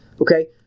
okay